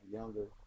younger